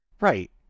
Right